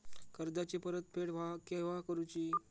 कर्जाची परत फेड केव्हा करुची?